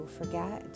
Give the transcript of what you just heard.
forget